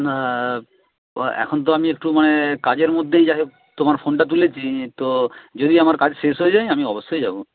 না এখন তো আমি একটু মানে কাজের মধ্যেই যাই হোক তোমার ফোনটা তুলেছি তো যদি আমার কাজ শেষ হয়ে যায় আমি অবশ্যই যাব